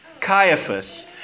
Caiaphas